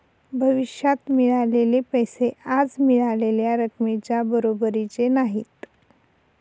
भविष्यात मिळालेले पैसे आज मिळालेल्या रकमेच्या बरोबरीचे नाहीत